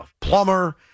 plumber